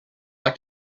like